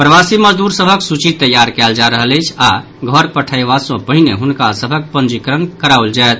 प्रवासी मजदूर सभक सूचि तैयार कयल जा रहल अछि आओर घर पठयबा सँ पहिने हुनका सभक पंजीकरण कराओल जायत